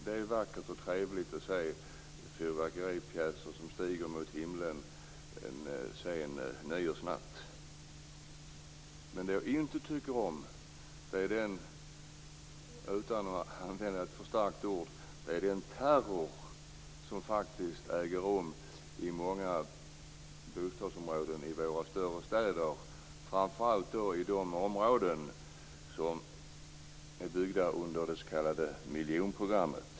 Det är vackert och trevligt att se fyrverkeripjäser som stiger mot himlen en sen nyårsnatt. Men det jag inte tycker om är den terror som äger rum i många bostadsområden i våra större städer, framför allt i de områden som är byggda under det s.k. miljonprogrammet.